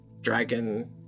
Dragon